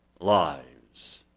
lives